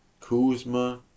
Kuzma